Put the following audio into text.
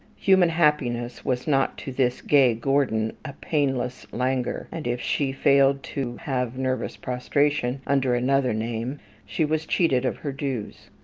human happiness was not to this gay gordon a painless languor and if she failed to have nervous prostration under another name she was cheated of her dues.